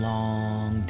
Long